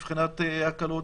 הקלות,